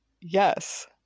Yes